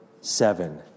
seven